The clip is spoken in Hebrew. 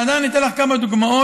להלן אתן לך כמה דוגמאות